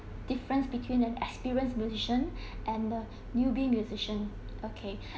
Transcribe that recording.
difference between an experienced musician and a newbie musician okay